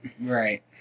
Right